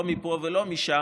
לא מפה ולא משם,